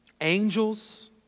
angels